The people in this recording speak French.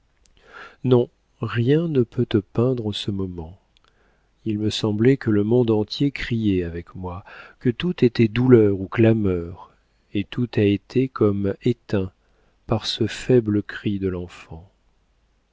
non rien ne peut te peindre ce moment il me semblait que le monde entier criait avec moi que tout était douleur ou clameur et tout a été comme éteint par ce faible cri de l'enfant